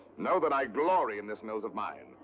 know that i glory in this nose of mine!